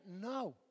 No